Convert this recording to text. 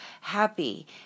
happy